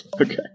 Okay